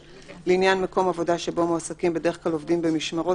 לעניין מקום עבודה שבו מועסקים בדרך כלל עובדים במשמרות,